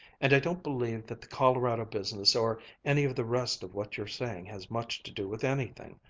and i don't believe that the colorado business or any of the rest of what you're saying has much to do with anything.